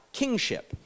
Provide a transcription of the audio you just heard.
kingship